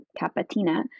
Capatina